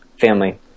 family